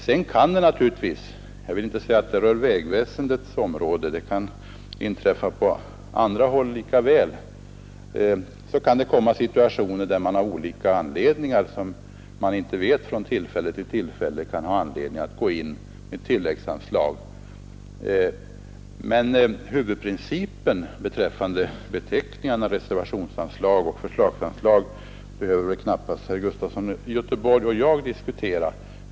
Sedan kan emellertid situationer inträffa — jag vill inte påstå att detta gäller speciellt för vägväsendets område; det kan lika gärna hända på andra håll - där man av olika anledningar som man inte känner till från den ena gången till den andra kan ha anledning att gå in med ett tilläggsanslag. Men huvudprincipen när det gäller beteckningarna reservationsanslag och förslagsanslag behöver herr Gustafson i Göteborg och jag knappast diskutera.